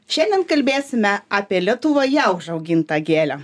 šiandien kalbėsime apie lietuvoje užaugintą gėlę